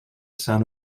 son